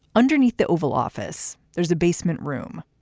underneath the oval office, there's a basement room.